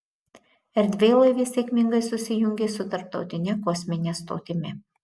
erdvėlaivis sėkmingai susijungė su tarptautine kosmine stotimi